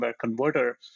Converter